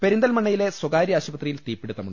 പെരിന്തൽമണ്ണയിലെ സ്ഥകാര്യ ആശുപത്രിയിൽ തീപിടിത്തം